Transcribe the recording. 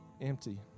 empty